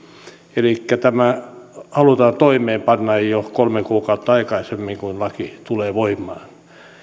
elikkä tämä halutaan toimeenpanna jo kolme kuukautta aikaisemmin kuin laki tulee voimaan